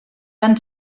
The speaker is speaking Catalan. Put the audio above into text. van